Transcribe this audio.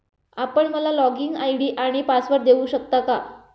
आपण मला login ID आणि पासवर्ड देऊ शकता का?